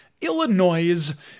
Illinois